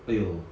!aiyo!